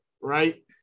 right